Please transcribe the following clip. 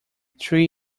three